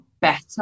better